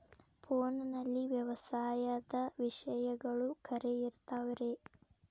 ಫೋನಲ್ಲಿ ವ್ಯವಸಾಯದ ವಿಷಯಗಳು ಖರೇ ಇರತಾವ್ ರೇ?